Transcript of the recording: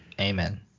Amen